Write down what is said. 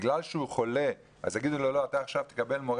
בגלל שהוא חולה יאמרו לו שעכשיו הוא יקבל מורה